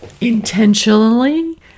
intentionally